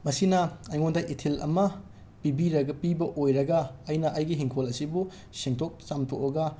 ꯃꯁꯤꯅ ꯑꯩꯉꯣꯟꯗ ꯏꯊꯤꯜ ꯑꯃ ꯄꯤꯕꯤꯔꯒ ꯄꯤꯕ ꯑꯣꯏꯔꯒ ꯑꯩꯅ ꯑꯩꯒꯤ ꯍꯤꯡꯈꯣꯜ ꯑꯁꯤꯕꯨ ꯁꯦꯡꯗꯣꯛ ꯆꯥꯝꯊꯣꯛꯂꯒ